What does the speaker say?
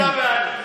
אבדה, באל"ף.